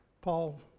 Paul